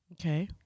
Okay